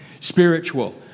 spiritual